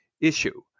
issue